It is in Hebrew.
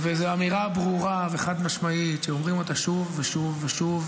וזו אמירה ברורה וחד-משמעית שאומרים אותה שוב ושוב.